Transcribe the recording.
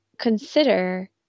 consider